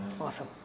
Awesome